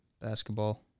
basketball